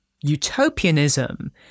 utopianism